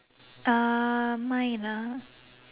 uh mine ah